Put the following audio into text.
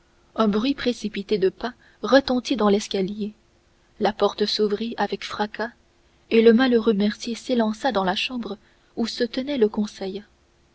un bruit précipité de pas retentit dans l'escalier la porte s'ouvrit avec fracas et le malheureux mercier s'élança dans la chambre où se tenait le conseil